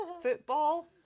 football